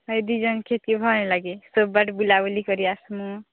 ହୋଇ ଦୁଇ ଜଣ କେ କି ଭଲ ନା ଲାଗେ ସବୁ ଆଡ଼େ ବୁଲା ବୁଲି କରି ଆସିବୁ